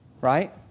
right